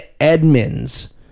Edmonds